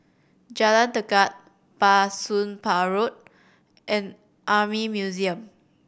Jalan Tekad Bah Soon Pah Road and Army Museum